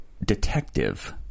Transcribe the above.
Detective